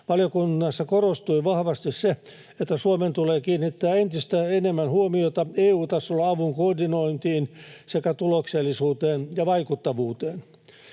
Valiokunnassa korostui vahvasti se, että Suomen tulee kiinnittää entistä enemmän huomiota EU-tasolla avun koordinointiin sekä tuloksellisuuteen ja vaikuttavuuteen.